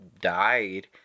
died